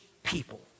people